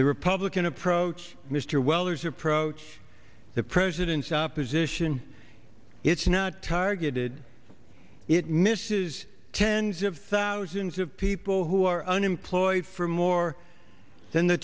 the republican approach mr weller's approach the president's opposition it's not targeted it misses tens of thousands of people who are unemployed for more than the